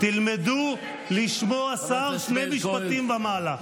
תלמדו לשמוע שר שני משפטים ומעלה.